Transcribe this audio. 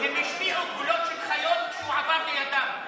הם השמיעו קולות של חיות כשהוא עבר לידם,